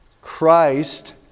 Christ